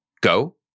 go